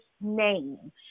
name